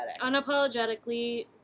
Unapologetically